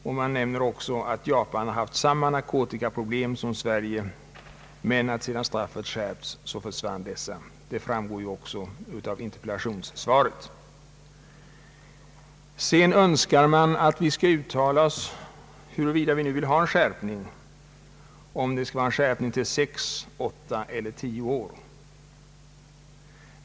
Det nämnes också att Japan har haft samma narkotikaproblem som Sverige men att dessa försvunnit sedan straffet skärpts — detta framgår också av interpellationssvaret. Vidare önskar man att riksdagsmännen skall meddela huruvida de nu vill ha en skärpning och att det skall vara en skärpning till sex, åtta eller tio år.